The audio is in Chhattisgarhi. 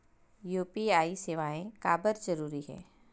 यू.पी.आई सेवाएं काबर जरूरी हे?